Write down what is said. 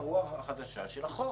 הרוח החדשה של החוק.